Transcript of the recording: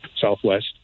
southwest